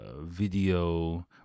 video